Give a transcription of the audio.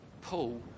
Paul